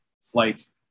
flights